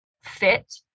fit